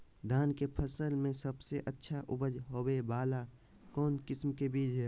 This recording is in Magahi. धान के फसल में सबसे अच्छा उपज होबे वाला कौन किस्म के बीज हय?